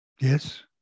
Yes